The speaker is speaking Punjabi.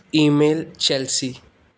email Chelsea